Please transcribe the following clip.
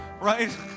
right